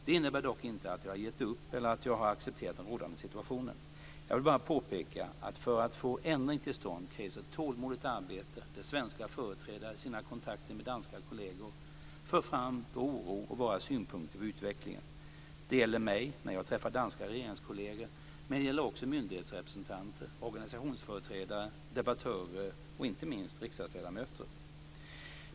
Det innebär dock inte att jag har gett upp eller att jag har accepterat den rådande situationen. Jag vill bara påpeka att för att få en ändring till stånd krävs ett tålmodigt arbete där svenska företrädare i sina kontakter med sina danska kolleger för fram vår oro och våra synpunkter på utvecklingen. Det gäller mig när jag träffar danska regeringskolleger men det gäller också myndighetsrepresentanter, organisationsföreträdare, debattörer och inte minst riksdagsledamöter.